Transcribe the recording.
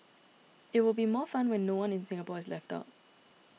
it will be more fun when no one in Singapore is left out